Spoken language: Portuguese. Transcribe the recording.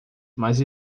mas